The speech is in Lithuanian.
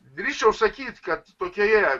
drįsčiau sakyti kad tokioje